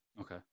Okay